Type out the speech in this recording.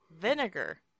vinegar